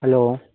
hello